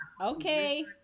okay